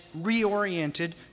reoriented